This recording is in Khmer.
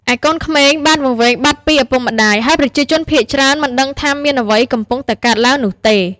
ឯកូនក្មេងបានវង្វេងបាត់ពីឪពុកម្តាយ ហើយប្រជាជនភាគច្រើនមិនដឹងថាមានអ្វីកំពុងតែកើតឡើងនោះទេ។